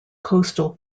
coastal